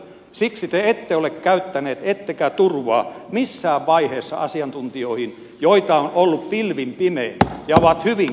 siksi te ette ole käyttäneet asiantuntijoita joita on ollut pilvin pimein ettekä turvaa heihin missään vaiheessa